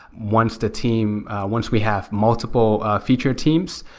once the team once we have multiple feature teams,